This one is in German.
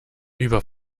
über